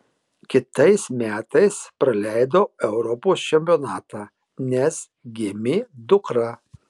kitais metais praleidau europos čempionatą nes gimė dukra